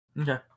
Okay